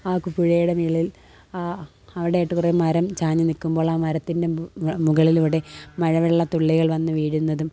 ആ പുഴയുടെ മുകളിൽ ആ അവിടെയായിട്ട് കുറേ മരം ചാഞ്ഞ് നിൽക്കുമ്പോൾ ആ മരത്തിൻ്റെ മുകളിലൂടെ മഴവെള്ളത്തുള്ളികൾ വന്ന് വീഴുന്നതും